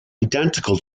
identical